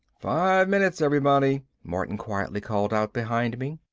five minutes, everybody, martin quietly called out behind me.